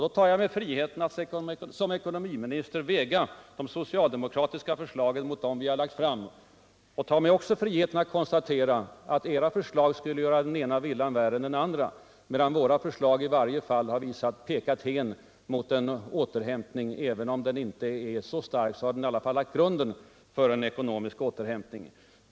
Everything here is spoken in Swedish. Därför tar jag mig friheten att som ekonomiminister väga de socialdemokratiska förslagen mot dem regeringen har lagt fram. Jag tar mig också friheten att konstatera att era förslag skulle göra den ena. villan värre än den andra, medan våra förslag i varje fall pekar hän mot en ekonomisk återhämtning.